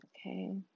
Okay